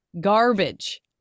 Garbage